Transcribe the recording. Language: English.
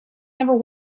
never